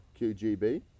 QGB